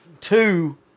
Two